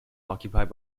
occupied